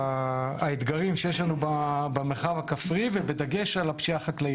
אני מודה לך שהזמנתם אותנו מהצפון כדי שנשמש קישוט לדיון החשוב